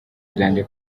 byanjye